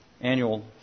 annual